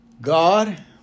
God